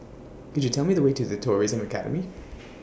Could YOU Tell Me The Way to The Tourism Academy